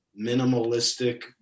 minimalistic